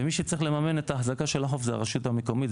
ומי שצריך לממן את האחזקה של החוף זה הרשות המקומית,